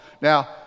Now